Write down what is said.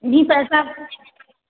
जी पैसा